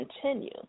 continue